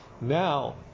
Now